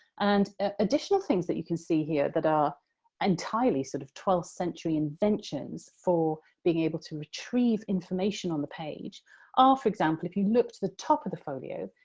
and, additional things that you can see here that are entirely, sort of, twelfth century inventions for being able to retrieve information on the page are, for example, if you looked at the top of the folio,